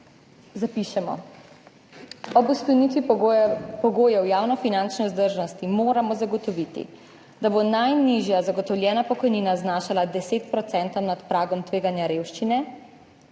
zapišemo: »Ob sklenitvi pogojev javnofinančne vzdržnosti moramo zagotoviti, da bo najnižja zagotovljena pokojnina znašala 10 % nad pragom tveganja revščine